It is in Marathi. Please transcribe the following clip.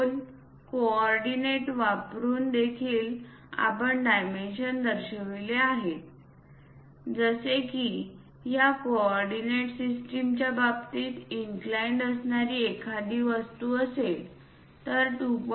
कोन कोऑर्डिनेट वापरुन देखील आपण डायमेन्शन दर्शविले आहेत जसे की या कॉर्डीनेट सिस्टम च्या बाबतीत इनक्लाइंड असणारी एखादी वस्तू असेल तर 2